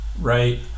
right